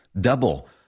Double